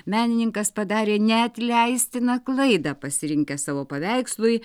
menininkas padarė neatleistiną klaidą pasirinkęs savo paveikslui